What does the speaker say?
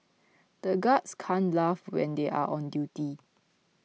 the guards can't laugh when they are on duty